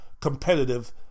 competitive